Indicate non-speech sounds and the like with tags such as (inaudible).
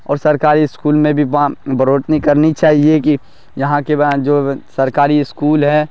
اور سرکاری اسکول میں بھی باہم بروٹنی کرنی چاہیے کہ یہاں کے (unintelligible) جو سرکاری اسکول ہیں